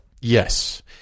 Yes